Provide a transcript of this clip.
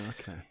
okay